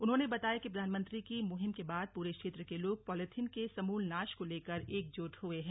उन्होंने बताया कि प्रधानमंत्री की मुहिम के बाद पूरे क्षेत्र के लोग पॉलीथिन के समूल नाश को लेकर एकजुट हुए हैं